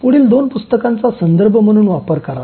पुढील दोन पुस्तकांचा संदर्भ म्हणून वापर करा